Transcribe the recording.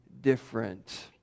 different